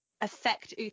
affect